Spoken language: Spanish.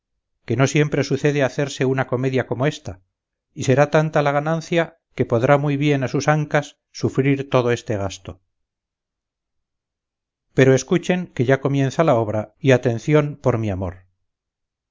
que no siempre sucede hacerse una comedia como ésta y será tanta la ganancia que podrá muy bien a sus ancas sufrir todo este gasto pero escuchen que ya comienza la obra y atención por mi amor